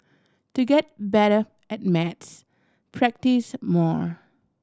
to get better at maths practise more